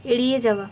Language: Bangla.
এড়িয়ে যাওয়া